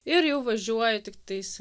ir jau važiuoju tiktais